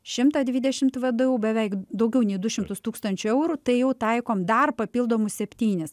šimtą dvidešimt vdu beveik daugiau nei du šimtus tūkstančių eurų tai jau taikom dar papildomus septynis